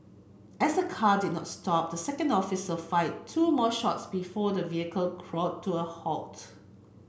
as the car did not stop the second officer fired two more shots before the vehicle crawled to a halt